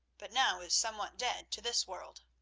but now is somewhat dead to this world.